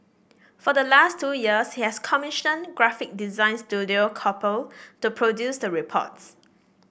for the last two years he has commissioned graphic design Studio Couple to produce the reports